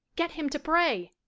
get him to pray.